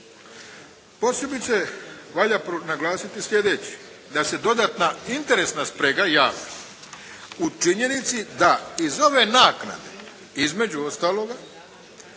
Posebice valja naglasiti sljedeće, da se dodatna interesna sprega javlja u činjenici da iz ove naknade između ostaloga